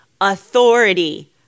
Authority